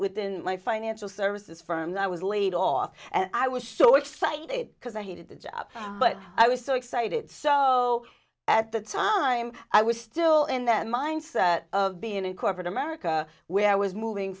within life financial services firms i was laid off and i was so excited because i hated the job but i was so excited so at the time i was still in that mindset of being in corporate america where i was moving